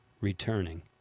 returning